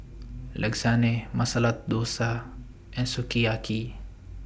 Lasagne Masala Dosa and Sukiyaki